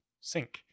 Sync